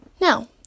Now